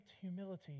humility